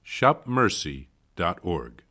shopmercy.org